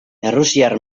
errusiar